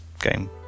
game